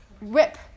rip